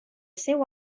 seu